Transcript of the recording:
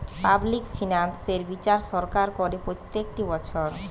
public finance এর বিচার সরকার করে প্রত্যেকটি বছর